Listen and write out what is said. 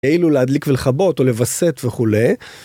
אלו להדליק ולכבות, או לווסת וכולי.